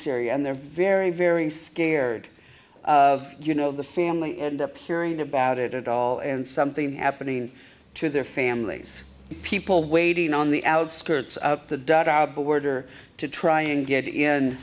syria and they're very very scared of you know the family end up hearing about it at all and something happening to their families people waiting on the outskirts of the dugout border to try and get